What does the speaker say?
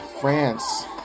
France